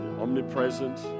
omnipresent